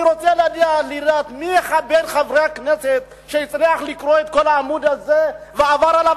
אני רוצה לדעת מי בין חברי הכנסת הצליח לקרוא את כל החוק הזה ועבר עליו,